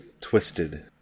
twisted